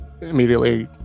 immediately